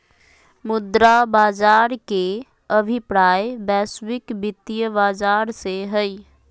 मुद्रा बाज़ार के अभिप्राय वैश्विक वित्तीय बाज़ार से हइ